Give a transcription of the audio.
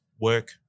work